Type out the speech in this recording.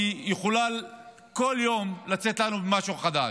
כי היא יכולה כל יום לצאת עלינו במשהו חדש.